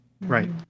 Right